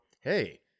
hey